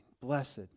Blessed